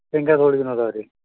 ಶೇಂಗಾದ ಹೋಳಿಗೇನೂ ಅದಾವೆ ರೀ